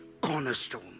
cornerstone